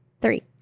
three